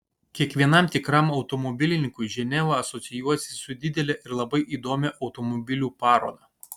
kiekvienam tikram automobilininkui ženeva asocijuojasi su didele ir labai įdomia automobilių paroda